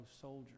soldier